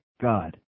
God